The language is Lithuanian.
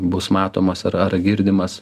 bus matomos ar ar girdimas